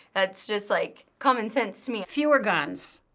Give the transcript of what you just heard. that's just like common sense to me. fewer guns.